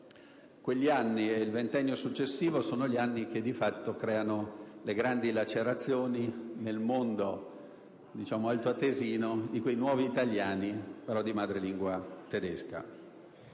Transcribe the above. Quegli anni e il ventennio successivo sono gli anni in cui, di fatto, si creano le grandi lacerazioni nel mondo altoatesino, composto da quei nuovi italiani di madrelingua tedesca.